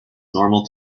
normal